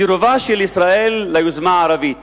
סירובה של ישראל ליוזמה הערבית